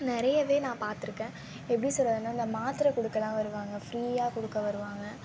நிறையவே நான் பார்த்துருக்கேன் எப்படி சொல்லுறதுனா அந்த மாத்திரை கொடுக்கலாம் வருவாங்க ஃப்ரீயாக கொடுக்க வருவாங்க